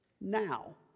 Now